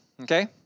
Okay